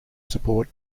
support